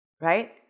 Right